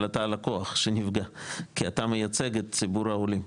אבל אתה הלקוח שנפגע כי אתה מייצג את ציבור העולים,